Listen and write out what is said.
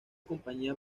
compañía